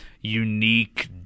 unique